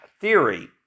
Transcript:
theory